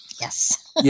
Yes